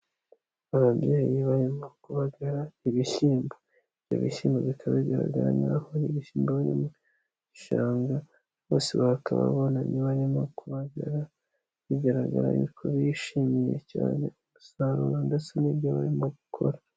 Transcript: Ababyeyi barimo kubagara ibishyimbo, ibyo bishimbo bikaba bigaragara nkaho ari ibishyimbo biri mu gishanga bose bakaba banamye barimo kubagara bigaragara y'uko bishimiye cyane umusaruro ndetse n'ibyo barimo gukora.